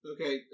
Okay